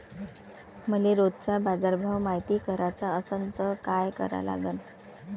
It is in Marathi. मले रोजचा बाजारभव मायती कराचा असन त काय करा लागन?